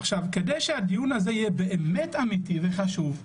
עכשיו, כדי שהדיון הזה יהיה באמת אמיתי וחשוב,